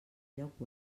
lloc